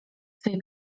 swej